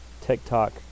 TikTok